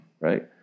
Right